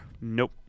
Nope